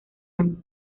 año